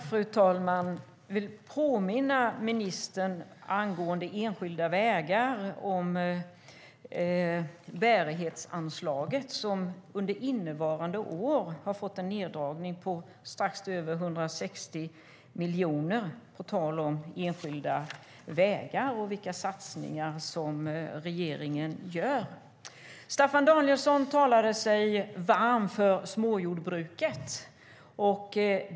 Fru talman! Jag vill påminna ministern i fråga om enskilda vägar om bärighetsanslaget, som under innevarande år har dragits ned med strax över 160 miljoner kronor - på tal om vilka satsningar regeringen gör. Staffan Danielsson talade sig varm för småjordbruket.